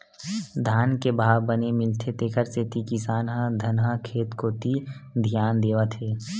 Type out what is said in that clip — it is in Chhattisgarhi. धान के भाव बने मिलथे तेखर सेती किसान ह धनहा खेत कोती धियान देवत हे